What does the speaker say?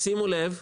שימו לב.